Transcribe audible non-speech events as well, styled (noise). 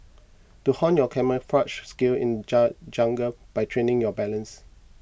to hone your camouflaged skills in (unintelligible) jungle by training your balance